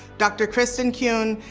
dr. kristin kuhne.